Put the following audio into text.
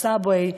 הסאבווי,